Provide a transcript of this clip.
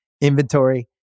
inventory